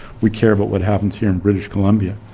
we care about what happens here in british colombia.